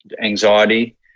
anxiety